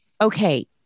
okay